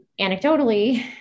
anecdotally